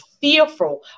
fearful